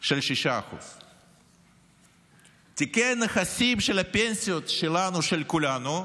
של 6%. תיקי הנכסים של הפנסיות שלנו, של כולנו,